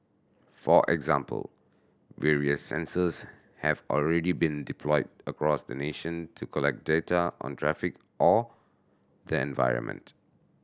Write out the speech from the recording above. for example various sensors have already been deployed across the nation to collect data on traffic or the environment